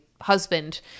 husband